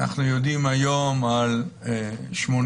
אנחנו יודעים היום על שמונה,